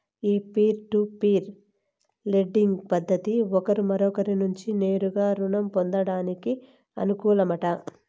ఈ peer to peer lending పద్దతి ఒకరు మరొకరి నుంచి నేరుగా రుణం పొందేదానికి అనుకూలమట